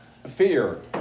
fear